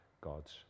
God's